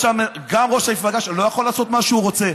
גם ראש המפלגה לא יכול לעשות מה שהוא רוצה.